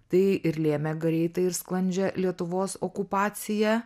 tai ir lėmė greitą ir sklandžią lietuvos okupaciją